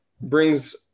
brings